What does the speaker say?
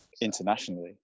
internationally